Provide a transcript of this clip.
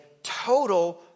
total